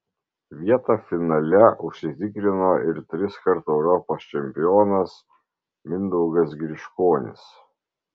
vietą finale užsitikrino ir triskart europos čempionas mindaugas griškonis